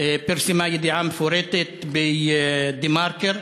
פרסמה ידיעה מפורטת בדה-מרקר.